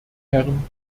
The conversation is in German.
herren